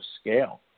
scale